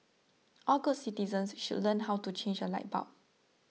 all good citizens should learn how to change a light bulb